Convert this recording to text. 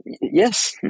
Yes